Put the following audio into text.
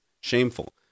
shameful